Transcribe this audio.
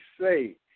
say